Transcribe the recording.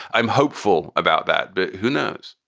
i'm hopeful about that. but who knows?